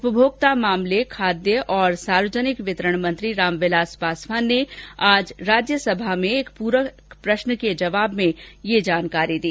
उपभोक्ता मामले खाद्य और सार्वजनिक वितरण मंत्री रामविलास पासवान ने आज राज्यसभा में प्रश्नकाल के दौरान एक पूरक प्रश्न के जवाब में ये जानकारी दी